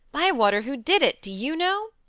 bywater, who did it? do you know?